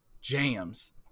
jams